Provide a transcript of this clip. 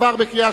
נתקבל.